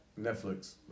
Netflix